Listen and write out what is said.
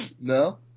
no